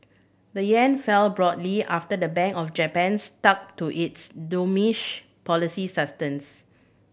the yen fell broadly after the Bank of Japan stuck to its policy